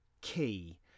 Key